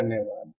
धन्यवाद